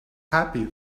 happy